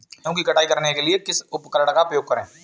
गेहूँ की कटाई करने के लिए किस उपकरण का उपयोग करें?